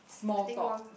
small talk